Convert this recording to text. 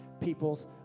people's